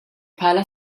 bħala